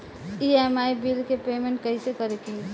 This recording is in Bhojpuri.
ई.एम.आई बिल के पेमेंट कइसे करे के होई?